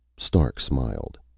stark smiled.